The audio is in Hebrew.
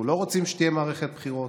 אנחנו לא רוצים שתהיה מערכת בחירות,